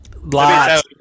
Lots